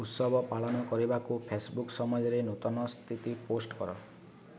ଉତ୍ସବ ପାଳନ କରିବାକୁ ଫେସବୁକ୍ ସମୟରେ ନୂତନ ସ୍ଥିତି ପୋଷ୍ଟ କର